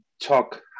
talk